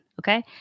okay